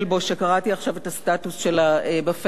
שקראתי עכשיו את הסטטוס שלה ב"פייסבוק".